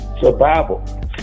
survival